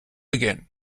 again